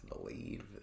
believe